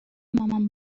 مامان